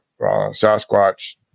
Sasquatch